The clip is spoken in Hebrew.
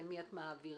למי את מעבירה.